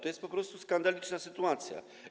To jest po prostu skandaliczna sytuacja.